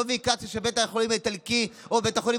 לא ביקשתי שבית החולים האיטלקי או בית החולים